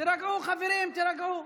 תירגעו, חברים, תירגעו.